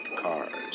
cars